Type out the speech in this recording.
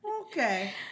okay